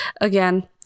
Again